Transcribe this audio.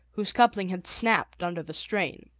whose coupling had snapped under the strain.